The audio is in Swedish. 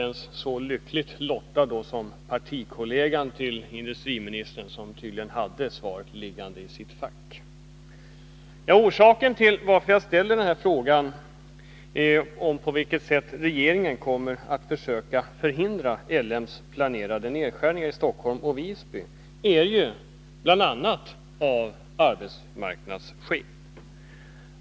Jag var inte så lyckligt lottad som industriministerns partikollega, som tydligen hade svaret liggande i sitt fack. Orsaken till att jag ställer frågan på vilket sätt regeringen kommer att försöka förhindra L M E:s planerade nedskärningar i Stockholm och Visby är bl.a. arbetsmarknadssituationen.